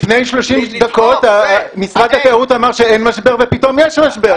לפני 30 דקות משרד התיירות אמר שאין משבר ופתאום יש משבר.